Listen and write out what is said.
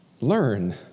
learn